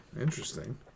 Interesting